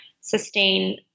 sustain